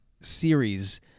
series